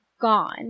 gone